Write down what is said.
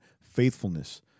faithfulness